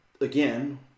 again